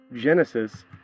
Genesis